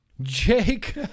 Jake